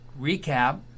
recap